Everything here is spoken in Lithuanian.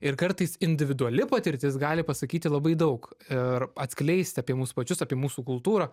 ir kartais individuali patirtis gali pasakyti labai daug ir atskleisti apie mus pačius apie mūsų kultūrą